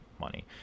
money